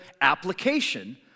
application